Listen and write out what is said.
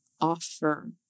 offer